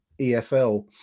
EFL